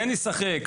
כן אשחק,